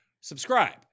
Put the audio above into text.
subscribe